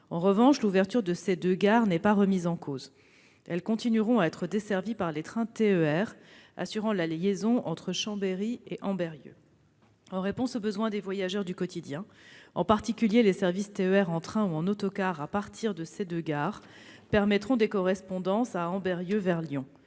En revanche, l'ouverture de ces deux gares n'est pas remise en cause. Elles continueront à être desservies par les trains TER assurant la liaison entre Chambéry et Ambérieu. En réponse aux besoins des voyageurs du quotidien, en particulier, les services TER en train ou autocar à partir de ces deux gares permettront des correspondances à Ambérieu vers Lyon.